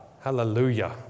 hallelujah